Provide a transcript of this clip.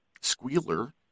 Squealer